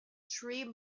tree